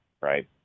right